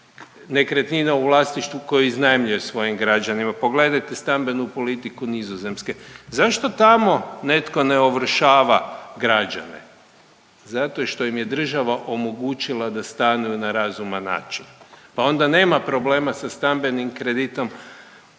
nekretnina u vlasništvu koji iznajmljuje svojim građanima. Pogledajte stambenu politiku Nizozemske. Zašto tamo netko ne ovršava građane? Zato što im je država omogućila da stanu na razuman način, pa onda nema problema sa stambenim kreditom.